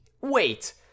Wait